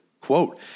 quote